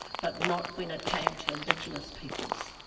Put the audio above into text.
but not when it came to indigenous peoples.